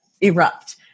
erupt